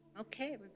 Okay